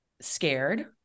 scared